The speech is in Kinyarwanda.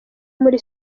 muri